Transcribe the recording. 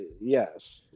Yes